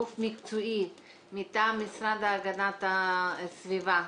גוף מקצועי מטעם המשרד להגנת הסביבה,